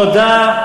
תודה,